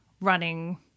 running